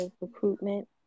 recruitment